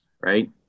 right